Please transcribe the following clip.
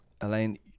Elaine